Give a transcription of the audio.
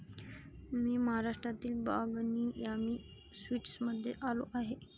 मी महाराष्ट्रातील बागनी यामी स्वीट्समध्ये आलो आहे